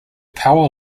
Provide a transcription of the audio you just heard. power